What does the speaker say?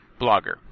blogger